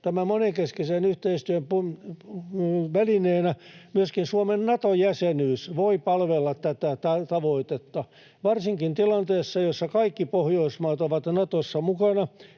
tämän moninkeskisen yhteistyön välineenä myöskin Suomen Nato-jäsenyys voi palvella tätä tavoitetta. Varsinkin tilanteessa, jossa kaikki Pohjoismaat ovat Natossa mukana,